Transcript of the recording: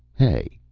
hey?